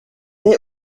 est